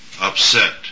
upset